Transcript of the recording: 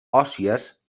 òssies